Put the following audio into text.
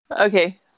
Okay